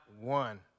one